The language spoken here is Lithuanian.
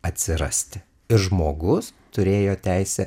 atsirasti žmogus turėjo teisę